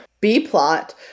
B-plot